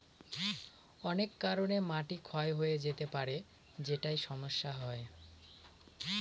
অনেক কারনে মাটি ক্ষয় হয়ে যেতে পারে যেটায় সমস্যা হয়